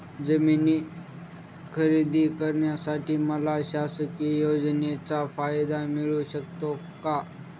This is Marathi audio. जमीन खरेदी करण्यासाठी मला शासकीय योजनेचा फायदा मिळू शकतो का?